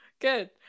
good